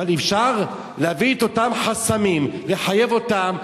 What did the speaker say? אבל אפשר להביא את אותם חסמים, לחייב אותם.